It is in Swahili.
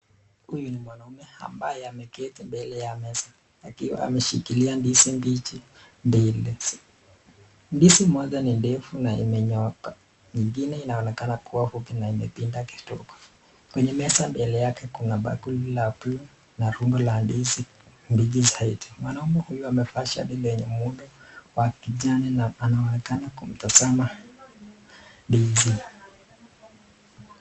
Huyu ni mwanaume ambaye ameketi mbele ya meza akiwa ameshikilia ndizi mbichi mbili. Ndizi moja ni ndefu na imenyooka nyingine inaonekana kuwa fupi na imepinda kidogo. Kwenye meza mbele yake kuna bakuli la buluu na rundo la ndizi mbichi zaidi. Mwanaume huyu amevaaa shati lenye muundo wa kijani na anaonekana kutazama ndizi.